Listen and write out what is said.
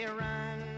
run